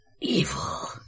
Evil